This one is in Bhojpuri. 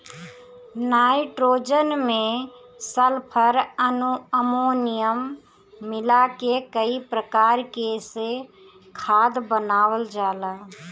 नाइट्रोजन में सल्फर, अमोनियम मिला के कई प्रकार से खाद बनावल जाला